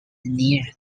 near